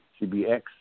CBX